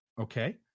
Okay